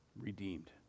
Redeemed